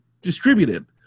distributed